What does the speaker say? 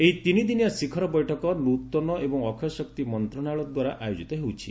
ଏହି ତିନିଦିନିଆ ଶିଖର ବୈଠକ ନ୍ନତନ ଏବଂ ଅକ୍ଷୟ ଶକ୍ତି ମନ୍ତ୍ରଣାଳୟ ଦ୍ୱାରା ଆୟୋଜିତ ହେଉଛି